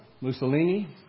Mussolini